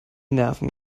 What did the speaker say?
nerven